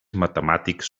matemàtics